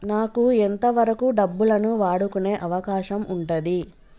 నాకు ఎంత వరకు డబ్బులను వాడుకునే అవకాశం ఉంటది?